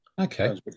Okay